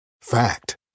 Fact